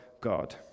God